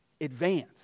advance